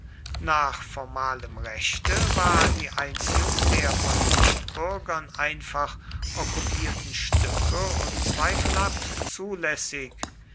nach formalem rechte war die einziehung der von nichtbürgern einfach okkupierten stücke unzweifelhaft zulässig